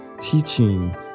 teaching